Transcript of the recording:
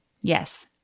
Yes